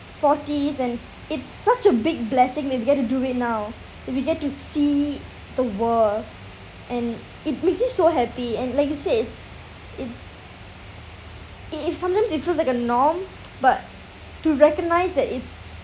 forties and it's such a big blessing that we get to do it now if we get to see the world and it makes me so happy and like you said it's i~ if sometimes it feels like a norm but to recognise that it's